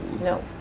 No